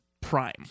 prime